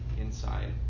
inside